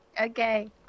okay